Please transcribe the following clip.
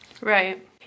Right